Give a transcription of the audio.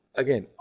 again